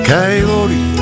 Coyote